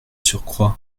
surcroît